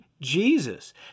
Jesus